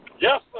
Yes